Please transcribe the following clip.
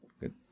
Good